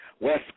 West